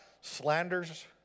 slanders